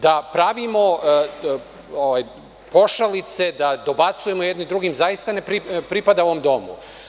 Da pravimo pošalice, da dobacujemo jedni drugima zaista ne pripada ovom domu.